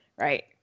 right